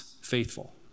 faithful